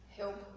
help